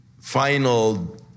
final